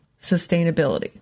sustainability